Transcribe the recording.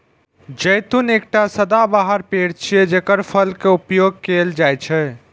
जैतून एकटा सदाबहार पेड़ छियै, जेकर फल के उपयोग कैल जाइ छै